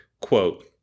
quote